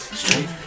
straight